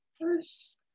First